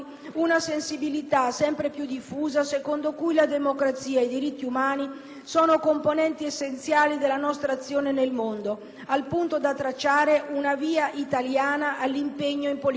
sono componenti essenziali della nostra azione nel mondo, al punto da tracciare una via italiana all'impegno in politica estera. Per questi motivi, cosi velocemente e sinteticamente enunciati,